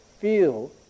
feel